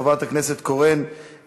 חברת הכנסת קורן,